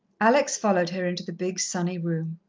alex followed her into the big, sunny room.